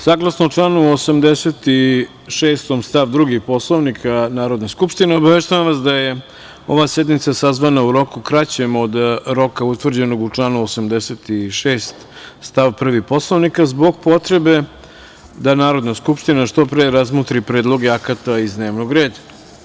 Saglasno članu 86. stav 2. Poslovnika Narodne skupštine, obaveštavam vas da je ova sednica sazvana u roku kraćem od roka utvrđenog u članu 86. stav 1. Poslovnika, zbog potrebe da Narodna skupština što pre razmotri predloge akata iz dnevnog reda.